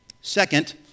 Second